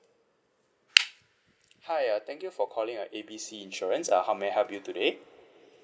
hi uh thank you for calling our A B C insurance uh how may I help you today